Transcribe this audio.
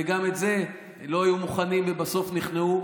וגם את זה לא היו מוכנים, ובסוף נכנעו.